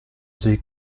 sie